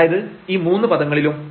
അതായത് ഈ മൂന്ന് പദങ്ങളിലും